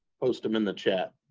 post them in the chat.